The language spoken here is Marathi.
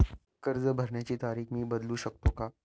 कर्ज भरण्याची तारीख मी बदलू शकतो का?